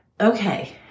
Okay